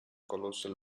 colossal